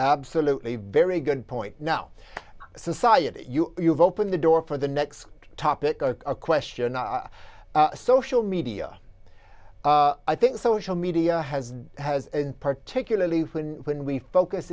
absolutely very good point now society you've opened the door for the next topic a question are social media i think social media has has a particularly when when we focus